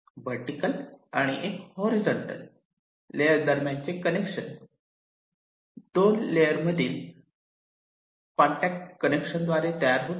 एक वर्टीकल आणि एक हॉरीझॉन्टल लेअर दरम्यानचे जंक्शन दोन लेअर मधील कॉन्टॅक्ट कनेक्शन द्वारे तयार होते